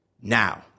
Now